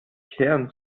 kern